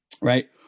Right